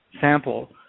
sample